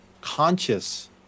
conscious